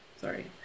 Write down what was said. Sorry